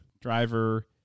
driver